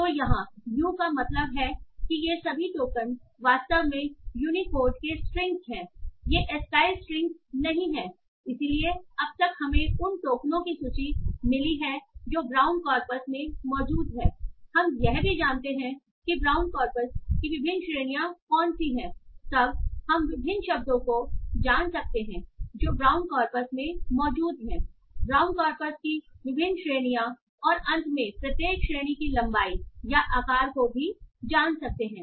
तो यहाँ u का मतलब है कि ये सभी टोकन वास्तव में यूनिकोड के strings हैंये ASCII stringsनहीं हैंइसलिए अब तक हमें उन टोकनों की सूची मिली है जो ब्राउन कॉर्पस में मौजूद हैंहम यह भी जानते हैं कि ब्राउन कॉर्पस की विभिन्न श्रेणियां कौन सी है तब हम विभिन्न शब्दों को जान सकते हैं जो ब्राउन कॉर्पस में मौजूद हैं ब्राउन कॉर्पस की विभिन्न श्रेणियां और अंत में प्रत्येक श्रेणी की लंबाई या आकार को भी जान सकते हैं